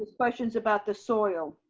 questions about the soil.